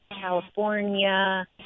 California